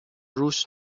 روش